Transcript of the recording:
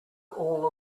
all